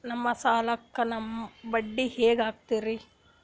ನಮ್ ಸಾಲಕ್ ಬಡ್ಡಿ ಹ್ಯಾಂಗ ಹಾಕ್ತಾರ?